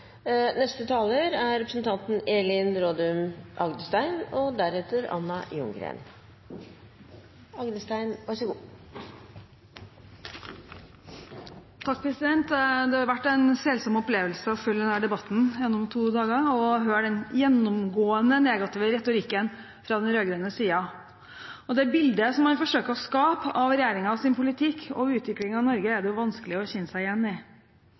vært en selsom opplevelse å følge denne debatten gjennom to dager og høre den gjennomgående negative retorikken fra den rød-grønne siden. Det bildet som man forsøker å skape av regjeringens politikk og utviklingen av Norge, er det vanskelig å kjenne seg igjen i.